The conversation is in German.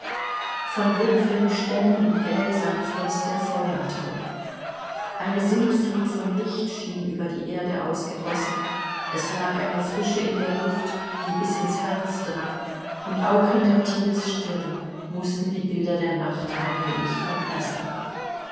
von wipfeln stämmen und gräsern floß der feuertau eine sintflut von licht schien über die erde ausgegossen es lag eine frische in der luft die bis ins herz drang und auch hinter thiels stirn mußten die bilder der nacht allmählich verblassen